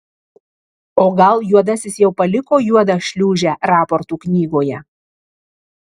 o gal juodasis jau paliko juodą šliūžę raportų knygoje